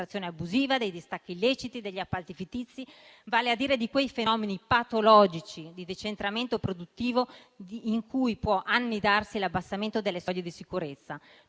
abusiva, dei distacchi illeciti e degli appalti fittizi; vale a dire di quei fenomeni patologici di decentramento produttivo in cui può annidarsi l'abbassamento delle soglie di sicurezza.